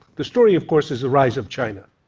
the story, of course, is the rise of china.